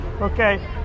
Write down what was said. okay